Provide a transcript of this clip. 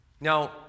now